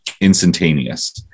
instantaneous